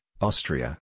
Austria